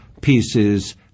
pieces